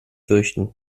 fürchten